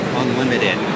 unlimited